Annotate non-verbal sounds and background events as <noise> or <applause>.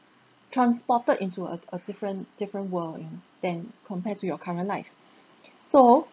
transported into a di~ a different different world than compared to your current life <breath> so